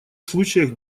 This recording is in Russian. случаях